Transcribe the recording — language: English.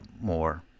more